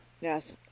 Yes